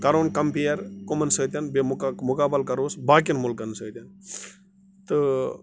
کَرُن کَمپِیَر کَمَن سۭتۍ بیٚیہِ مُقا مُقابَل کَروس باقٕیَن مُلکَن سۭتۍ تہٕ